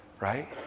Right